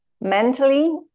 mentally